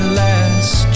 last